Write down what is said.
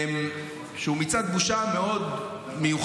שהוא מצעד בושה מאוד מיוחד,